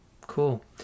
cool